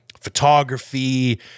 photography